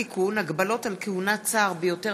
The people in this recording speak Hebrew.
(תיקון, חובת סינון אתרים פוגעניים),